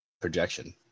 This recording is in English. projection